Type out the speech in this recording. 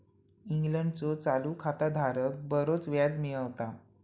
इंग्लंडचो चालू खाता धारक बरोच व्याज मिळवता